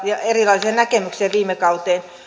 ja erilaisia näkemyksiä siihen viime kauteen nähden